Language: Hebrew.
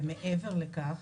ומעבר לכך,